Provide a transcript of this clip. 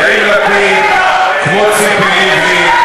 יאיר לפיד, כמו ציפי לבני,